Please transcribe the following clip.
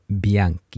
Bianchi